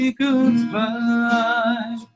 goodbye